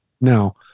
Now